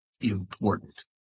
important